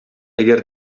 әгәр